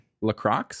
Lacroix